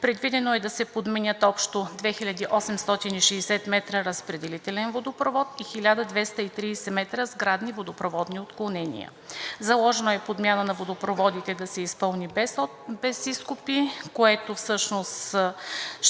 предвидено е да се подменят общо 2860 м разпределителен водопровод и 1230 м сградни водопроводни отклонения. Заложено е подмяна на водопроводите да се изпълни без изкопи, а чрез